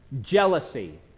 jealousy